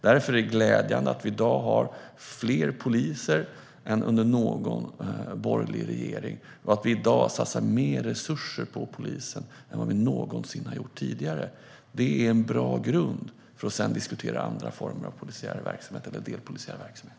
Därför är det glädjande att vi i dag har fler poliser än under någon borgerlig regering och att vi i dag satsar mer resurser på polisen än vi någonsin har gjort tidigare. Det är en bra grund för att sedan diskutera andra former av polisiära eller delpolisiära verksamheter.